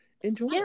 enjoy